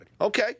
Okay